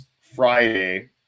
Friday